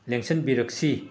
ꯂꯦꯡꯁꯤꯟꯕꯤꯔꯛꯁꯤ